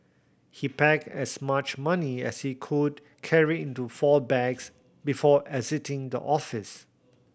he packed as much money as he could carry into four bags before exiting the office